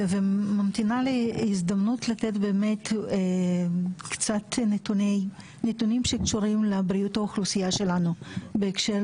וממתינה להזדמנות לתת קצת נתונים שקשורים לבריאות האוכלוסייה שלנו בהקשר